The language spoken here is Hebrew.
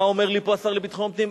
מה אומר לי פה השר לביטחון פנים?